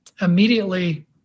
immediately